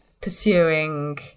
pursuing